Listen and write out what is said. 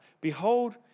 Behold